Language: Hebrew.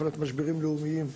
משברים לאומיים.